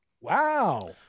Wow